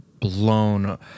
blown